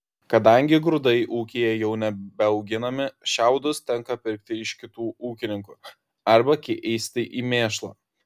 kadangi grūdai ūkyje jau nebeauginami šiaudus tenka pirkti iš kitų ūkininkų arba keisti į mėšlą